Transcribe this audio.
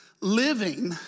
Living